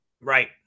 Right